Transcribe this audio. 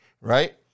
right